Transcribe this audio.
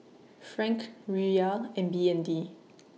Franc Riyal and B N D